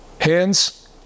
Hands